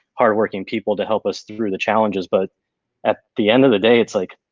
hardworking people to help us through the challenges, but at the end of the day, it's like,